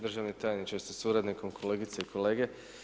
Državni tajniče sa suradnikom, kolegice i kolege.